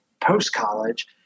post-college